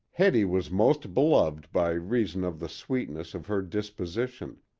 hetty was most beloved by reason of the sweetness of her disposition,